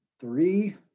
three